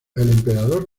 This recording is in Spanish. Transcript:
emperador